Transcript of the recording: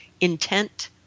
Intent